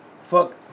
fuck